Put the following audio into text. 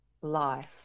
life